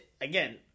again